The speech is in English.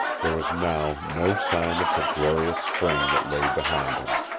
there was now no sign of the glorious spring that lay behind him.